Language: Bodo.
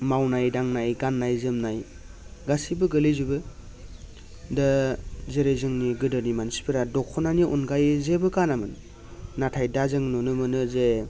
मावनाय दांनाय गाननाय जोमनाय गासिबो गोग्लैजोबो दा जेरै जोंनि गोदोनि मानसिफोरा दख'नानि अनगायै जेबो गानामोन नाथाय दा जों नुनो मोनो जे